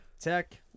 Tech